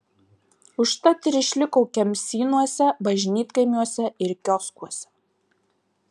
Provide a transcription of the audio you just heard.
užtat ir išliko kemsynuose bažnytkaimiuose ir kioskuose